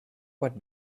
what